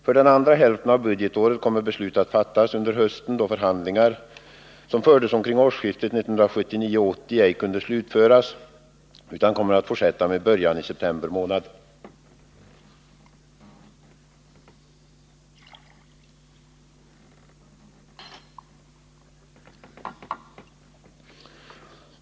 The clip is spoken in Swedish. För den andra hälften av budgetåret kommer beslut att fattas under hösten, då förhandlingarna som fördes omkring årsskiftet 1979-1980 ej kunde slutföras utan kommer att fortsätta med början i september månad.